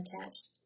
attached